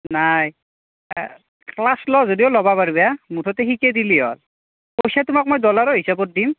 নাই ক্লাছ ল'লে যদিও ল'বা পাৰিবা মুঠতে শিকে দিলে হ'ল পইচা তোমাক মই ডলাৰৰ হিচাপত দিম